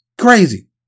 Crazy